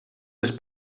les